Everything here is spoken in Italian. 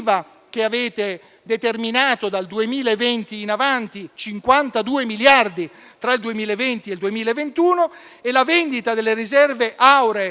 che avete determinato dal 2020 in avanti (52 miliardi tra il 2020 e il 2021) e la vendita delle riserve auree